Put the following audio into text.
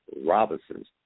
Robinsons